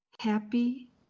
happy